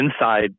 inside